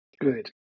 Good